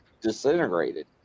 disintegrated